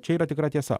čia yra tikra tiesa